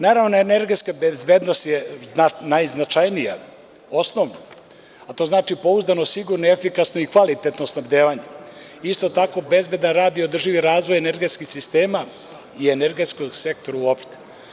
Naravno, energetska bezbednost je najznačajnija, osnovna, a to znači, pouzdano, sigurno, efikasno i kvalitetno snabdevanje, isto tako i bezbedan rad i održivi razvoj energetskih sistema i energetskog sektora uopšte.